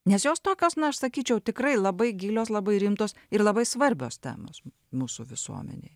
nes jos tokios na aš sakyčiau tikrai labai gilios labai rimtos ir labai svarbios temos mūsų visuomenėj